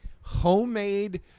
homemade